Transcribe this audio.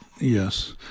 yes